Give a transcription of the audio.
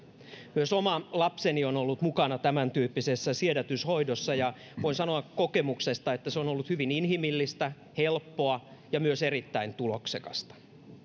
myös oma lapseni on ollut mukana tämäntyyppisessä siedätyshoidossa ja voin sanoa kokemuksesta että se on on ollut hyvin inhimillistä helppoa ja myös erittäin tuloksekasta